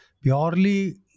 purely